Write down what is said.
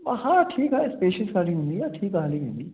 हा ठीकु आहे स्पेशिस वारी हूंदी आहे हा हली वेंदी